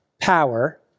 power